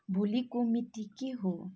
भोलिको मिति के हो